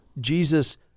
Jesus—